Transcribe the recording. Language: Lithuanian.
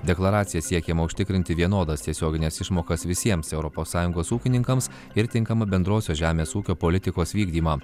deklaracija siekiama užtikrinti vienodas tiesiogines išmokas visiems europos sąjungos ūkininkams ir tinkamą bendrosios žemės ūkio politikos vykdymą